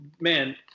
man